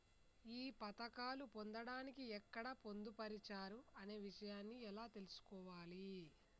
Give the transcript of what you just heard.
ఈ పథకాలు పొందడానికి ఎక్కడ పొందుపరిచారు అనే విషయాన్ని ఎలా తెలుసుకోవాలి?